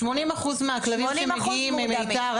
80% שמגיעים ממיתר --- 80% מורדמים.